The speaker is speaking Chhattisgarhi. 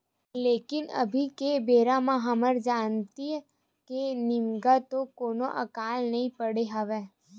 लेकिन अभी के बेरा म हमर जानती म निमगा तो कोनो अकाल नइ पड़े हवय